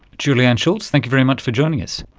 julianne schultz, thank you very much for joining us.